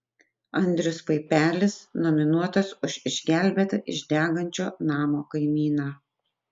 andrius paipelis nominuotas už išgelbėtą iš degančio namo kaimyną